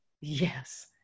Yes